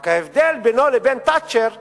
רק ההבדל בינו לבין תאצ'ר הוא,